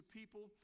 people